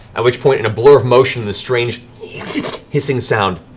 at which point, in a blur of motion, the strange hissing sound,